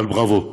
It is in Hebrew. אבל בראבו,